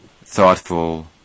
thoughtful